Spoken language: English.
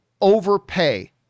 overpay